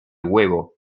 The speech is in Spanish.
huevo